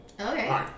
Okay